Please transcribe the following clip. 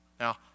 Now